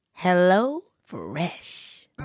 HelloFresh